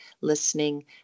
listening